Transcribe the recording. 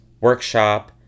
workshop